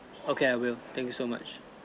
okay I will thank you so much